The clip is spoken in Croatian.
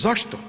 Zašto?